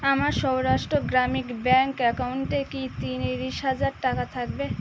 আমার সৌরাষ্ট্র গ্রামীণ ব্যাঙ্ক অ্যাকাউন্টে কি তিরিশ হাজার টাকা থাকবে